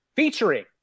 Featuring